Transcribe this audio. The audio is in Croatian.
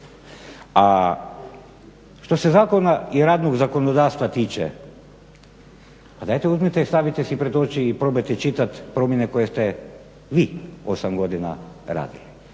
A što se zakona i radnog zakonodavstva tiče pa dajte uzmite i stavite si pred oči i probajte čitati promjene koje ste vi 8 godina radili.